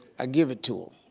i give it to